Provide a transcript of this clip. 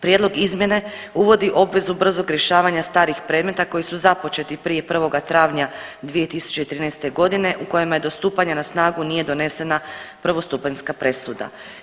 Prijedlog izmjene uvodi obvezu brzog rješavanja starih predmeta koji su započeti prije 1. travnja 2013. g. u kojima do stupanja na snagu nije donesena prvostupanjska presuda.